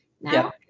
Now